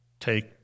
Take